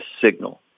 signal